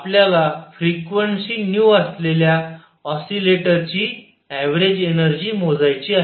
आपल्याला फ्रेक्वेन्सी असलेल्या ऑसिलेटर ची ऍव्हरेज एनर्जी मोजायची आहे